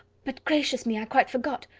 but gracious me! i quite forgot!